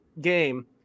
game